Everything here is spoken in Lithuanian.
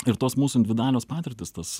ir tos mūsų individualios patirtys tas